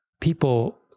people